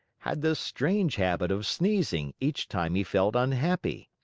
had the strange habit of sneezing each time he felt unhappy.